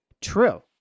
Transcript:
true